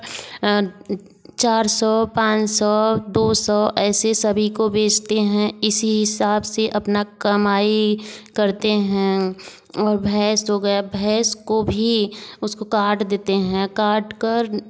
चार सौ पाँच सौ दो सौ ऐसे सभी को बेचते हैं इसी हिसाब से अपना कमाई करते हैं और भैंस हो गया भैंस को भी उसको काट देते हैं काट कर